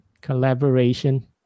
Collaboration